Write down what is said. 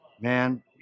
Man